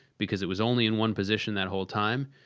because it was only in one position that whole time,